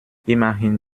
immerhin